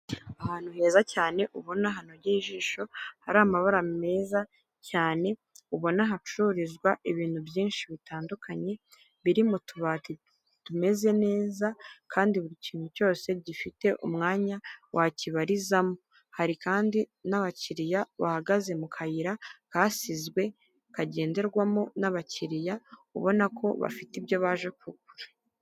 Ahantu heza cyane ubona hanogeye ijisho, hari amabara meza cyane, ubona hacururizwa ibintu byinshi bitandukanye biri mu tubati tumeze neza, kandi buri kintu cyose gifite umwanya wakibarizamo, hari kandi n'abakiriya bahagaze mu kayira kasizwe kagenderwamo n'abakiriya, ubona ko bafite ibyo baje kugura.